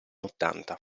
ottanta